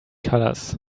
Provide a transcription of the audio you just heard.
colors